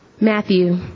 Matthew